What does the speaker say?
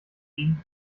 gehen